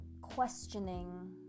questioning